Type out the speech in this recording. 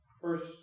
first